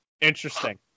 Interesting